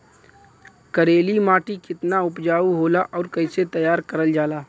करेली माटी कितना उपजाऊ होला और कैसे तैयार करल जाला?